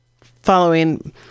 following